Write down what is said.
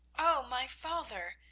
oh, my father,